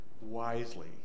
wisely